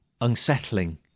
unsettling